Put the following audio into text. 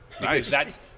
Nice